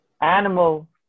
animal